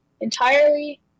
entirely